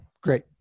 great